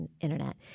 Internet